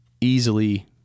easily